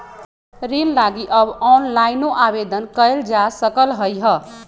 ऋण लागी अब ऑनलाइनो आवेदन कएल जा सकलई ह